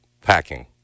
packing